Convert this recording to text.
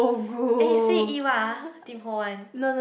eh you say you eat what ah Tim-Ho-Wan